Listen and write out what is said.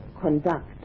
conduct